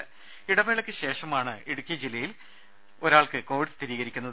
ദരദ ഇടവേളക്കുശേഷമാണ് ഇടുക്കി ജില്ലയിൽ ഒരാൾക്കു കോവിഡ് സ്ഥിരീകരിക്കുന്നത്